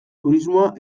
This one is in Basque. turismoa